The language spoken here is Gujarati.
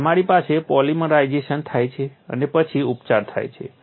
અને તમારી પાસે પોલિમરાઇઝેશન થાય છે અને પછી ઉપચાર થાય છે